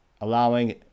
allowing